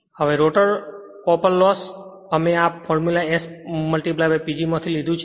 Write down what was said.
હવે rotor copper loss અમે પણ આ ફોર્મ્યુલા S PG માંથી લીધું છે